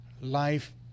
Life